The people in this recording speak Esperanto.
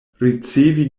ricevi